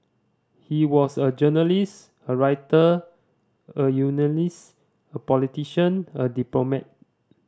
he was a journalist a writer a unionist a politician a diplomat